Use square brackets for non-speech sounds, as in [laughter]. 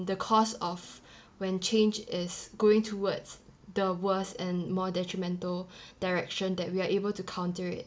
the cost of when change is going towards the worse and more detrimental [breath] direction that we are able to counter it